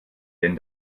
denn